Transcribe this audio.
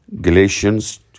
Galatians